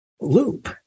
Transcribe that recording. loop